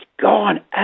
gone